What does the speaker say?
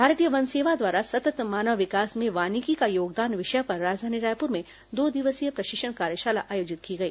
भारतीय वन सेवा द्वारा सतत् मानव विकास में वानिकी का योगदान विषय पर राजधानी रायपुर में दो दिवसीय प्रशिक्षण कार्यशाला आयोजित की गई